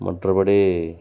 மற்றபடி